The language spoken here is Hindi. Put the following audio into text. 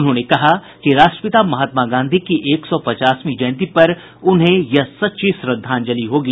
उन्होंने कहा कि राष्ट्रपिता महात्मा गांधी की एक सौ पचासवीं जयंती पर उन्हें यह सच्ची श्रद्धांजलि होगी